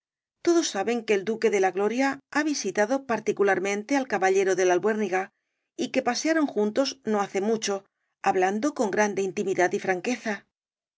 todos saben que el duque de la gloria ha visitado particularmente al caballero de la albuérniga y que pasearon juntos no hace mucho hablando con grande intimidad y franqueza